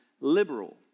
liberal